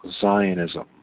Zionism